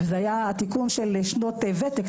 והיה התיקון של שנות ותק.